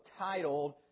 titled